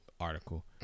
article